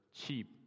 cheap